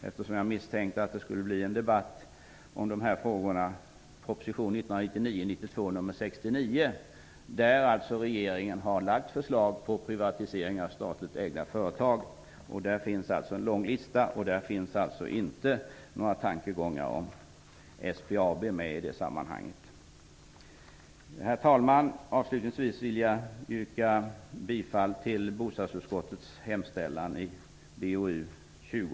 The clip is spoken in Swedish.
Eftersom jag misstänkte att det skulle bli en debatt om de här frågorna har jag plockat fram proposition 1991/92:69, där regeringen har lagt fram förslag till privatisering av statligt ägda företag. Där finns en lång lista, och i det sammanhanget finns inte SBAB Herr talman! Avslutningsvis vill jag yrka bifall till bostadsutskottets hemställan i BoU20.